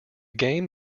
game